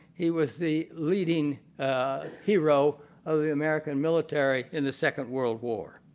he was the leading hero of the american military in the second world war.